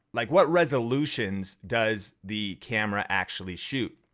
like what resolutions does the camera actually shoot?